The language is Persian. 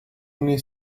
نیز